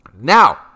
Now